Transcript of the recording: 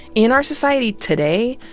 in our society today,